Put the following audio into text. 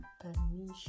permission